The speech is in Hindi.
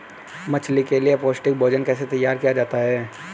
मछली के लिए पौष्टिक भोजन कैसे तैयार किया जाता है?